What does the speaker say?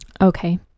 Okay